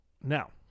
Now